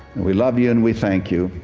and we love you and we thank you.